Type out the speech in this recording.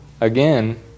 Again